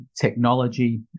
technology